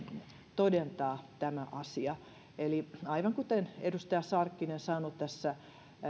todentaa tämä asia eli aivan kuten edustaja sarkkinen sanoi tässä